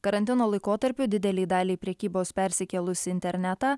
karantino laikotarpiu didelei daliai prekybos persikėlus į internetą